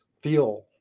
feel